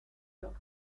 dot